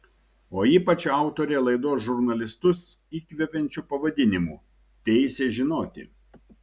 o ypač autorė laidos žurnalistus įkvepiančiu pavadinimu teisė žinoti